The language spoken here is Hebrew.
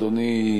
אדוני,